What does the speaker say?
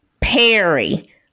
Perry